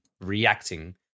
reacting